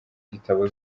gitabo